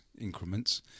increments